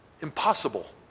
Impossible